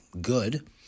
good